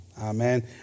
amen